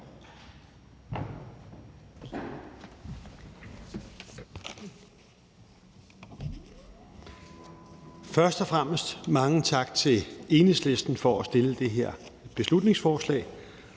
Først og fremmest mange tak til Enhedslisten for at fremsætte det her beslutningsforslag